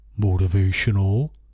motivational